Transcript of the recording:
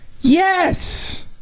Yes